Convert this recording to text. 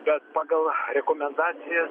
bet pagal rekomendacijas